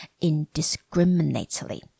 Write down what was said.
indiscriminately